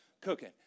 cooking